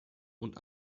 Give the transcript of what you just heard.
und